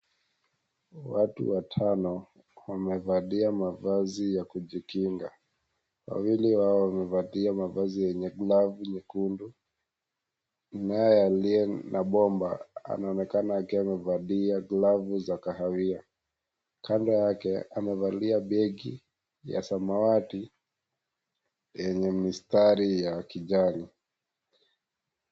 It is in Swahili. Watu watano, wamevalia mavazi ya kujikinga. Wawili wao wamevalia mavazi yenye glavu nyekundu, kunaye aliye na bomba, anaonekana akiwa amevalia glavu za kahawia. Kando yake, amevalia begi ya samawati, yenye mistari ya kijani.